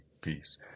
peace